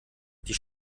die